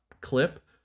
clip